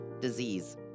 disease